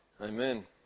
Amen